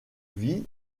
vit